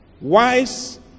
wise